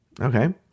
Okay